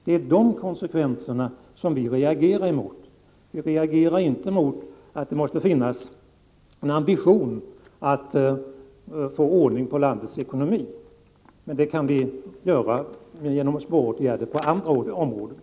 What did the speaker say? Det är dessa konsekvenser vi reagerar emot, inte mot att det måste finnas en ambition att få ordning på landets ekonomi. Men det kan vi få genom sparåtgärder på andra områden.